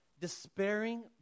despairing